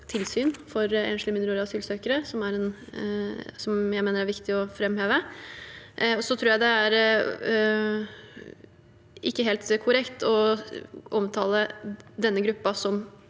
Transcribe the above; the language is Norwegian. tilsyn for enslige mindreårige asylsøkere, noe jeg mener er viktig å framheve. Så tror jeg ikke det er helt korrekt å omtale denne gruppen som